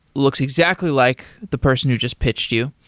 looks exactly like the person who just pitched you.